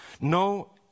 No